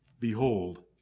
Behold